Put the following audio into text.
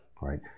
right